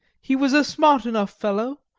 he was a smart enough fellow,